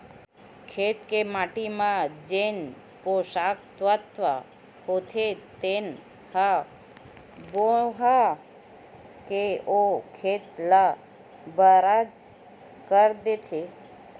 खेत के माटी म जेन पोसक तत्व होथे तेन ह बोहा के ओ खेत ल बंजर कर देथे